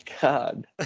God